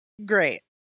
Great